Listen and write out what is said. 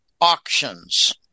auctions